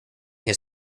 his